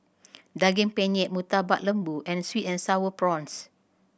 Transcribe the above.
Daging Penyet Murtabak Lembu and sweet and Sour Prawns